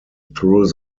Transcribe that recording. through